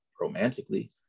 romantically